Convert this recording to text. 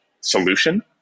solution